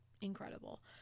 incredible